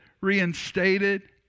reinstated